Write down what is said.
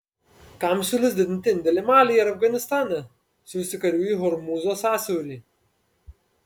kam siūlys didinti indėlį malyje ir afganistane siųsti karių į hormūzo sąsiaurį